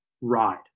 ride